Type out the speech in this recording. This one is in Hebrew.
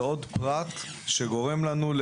מתוך 20 ארגזים,